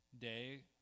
day